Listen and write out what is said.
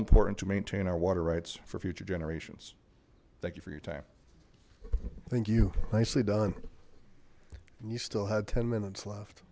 important to maintain our water rights for future generations thank you for your time thank you nicely done and you still had ten minutes left